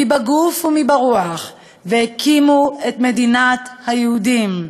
מי בגוף ומי ברוח, והקימו את מדינת היהודים,